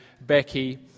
Becky